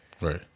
Right